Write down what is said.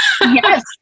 Yes